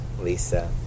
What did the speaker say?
Lisa